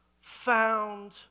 found